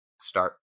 start